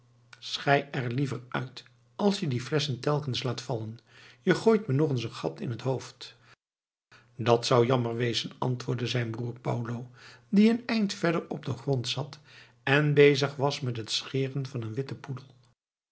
schei er liever uit als je die flesschen telkens laat vallen je gooit me nog een gat in het hoofd dat zou jammer wezen antwoordde zijn broer paulo die een eind verder op den grond zat en bezig was met het scheren van een witten poedel